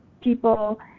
people